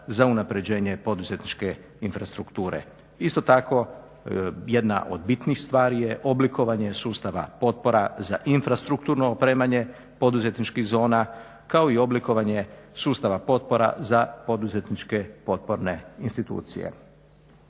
za unapređenje poduzetničke infrastrukture. Isto tako jedna od bitnih stvari je oblikovanje sustava potpora za infrastrukturno opremanje poduzetničkih zona, kao i oblikovanje sustava potpora za poduzetničke potporne institucije.